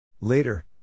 Later